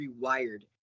rewired